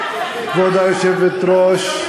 כבוד היושבת-ראש,